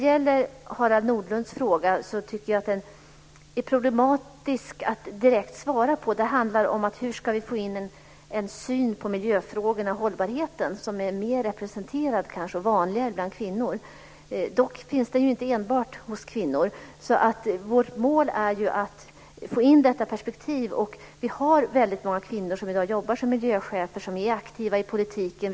Jag tycker att det är problematiskt att svara direkt på Harald Nordlunds fråga. Den handlar om hur vi ska få till stånd en syn på miljöfrågorna och hållbarheten som kanske är mer representerad och vanlig bland kvinnor. Dock finns den inte enbart hos kvinnor. Vårt mål är att få in detta perspektiv. Vi har i dag väldigt många kvinnor som arbetar som miljöchefer och som är aktiva i politiken.